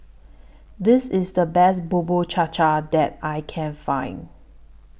This IS The Best Bubur Cha Cha that I Can Find